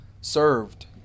served